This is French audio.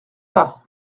pas